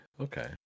Okay